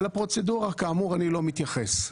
כאמור, לפרוצדורה אני לא מתייחס.